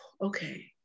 okay